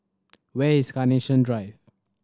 where is Carnation Drive